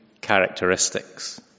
characteristics